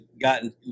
gotten